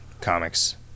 comics